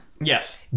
Yes